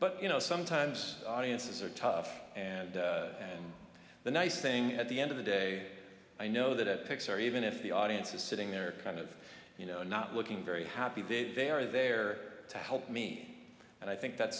but you know sometimes audiences are tough and and the nice thing at the end of the day i know that at pixar even if the audience is sitting there kind of you know not looking very happy that they are there to help me and i think that's